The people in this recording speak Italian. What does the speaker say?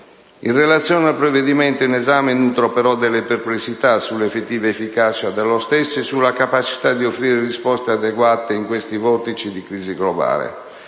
In relazione al provvedimento in esame nutro però delle perplessità sull'effettiva efficacia dello stesso e sulla capacità di offrire risposte adeguate in questi vortici di crisi globale.